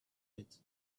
pit